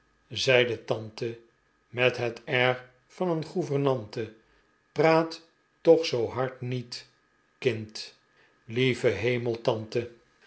de tante met het air van een gouvernante praat toch zoo hard niet kind lieve hemel tante